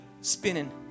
spinning